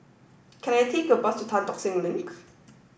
can I take a bus to Tan Tock Seng Link